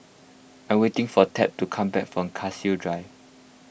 I waiting for Tab to come back from Cassia Drive